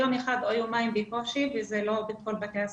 יום אחד או יומיים בקושי וזה לא בכל בתי הספר,